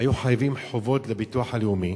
והיו חייבים חובות לביטוח הלאומי.